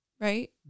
right